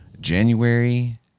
January